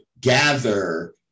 gather